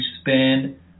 spend